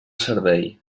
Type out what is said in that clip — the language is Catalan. servei